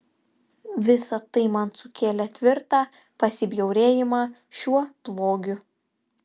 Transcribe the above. visa tai man sukėlė tvirtą pasibjaurėjimą šiuo blogiu